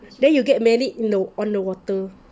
then you get married in the on the water